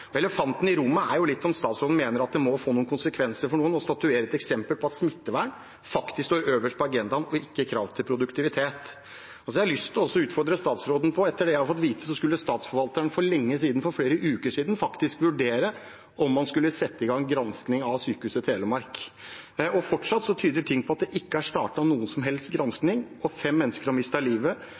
Elefanten i rommet er jo litt om statsråden mener det må få noen konsekvenser for noen, og at man må statuere et eksempel på at smittevern faktisk står øverst på agendaen – ikke krav til produktivitet. Jeg har lyst til å utfordre statsråden: Etter det jeg har fått vite, skulle statsforvalteren for lenge siden, for flere uker siden, faktisk vurdere om man skulle sette i gang gransking av Sykehuset Telemark. Fortsatt tyder ting på at det ikke er startet noen som helst gransking, og fem mennesker har mistet livet.